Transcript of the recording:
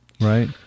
right